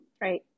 Right